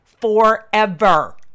forever